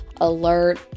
alert